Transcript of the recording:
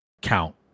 count